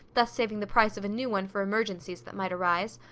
thus saving the price of a new one for emergencies that might arise,